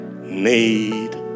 need